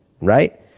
right